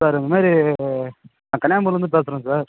sir இந்த மாதிரி நான் கன்னியாகுமரிலேருந்து பேசுகிறேன் சார்